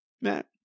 Matt